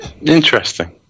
Interesting